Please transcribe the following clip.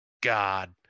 God